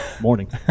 Morning